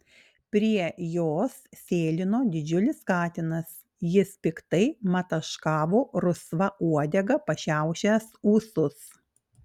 prie jos sėlino didžiulis katinas jis piktai mataškavo rusva uodega pašiaušęs ūsus